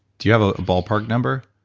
do you have a ballpark number?